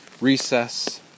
recess